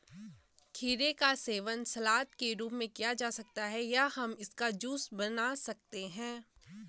खीरे का सेवन सलाद के रूप में किया जा सकता है या हम इसका जूस बना सकते हैं